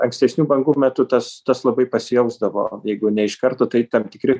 ankstesnių bangų metu tas tas labai pasijausdavo jeigu ne iš karto tai tam tikri